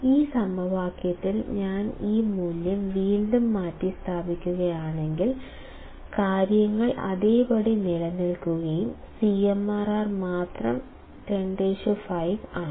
ഈ സമവാക്യത്തിൽ ഞാൻ ഈ മൂല്യം വീണ്ടും മാറ്റിസ്ഥാപിക്കുകയാണെങ്കിൽ കാര്യങ്ങൾ അതേപടി നിലനിൽക്കും CMRR മാത്രം 105 ആണ്